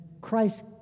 Christ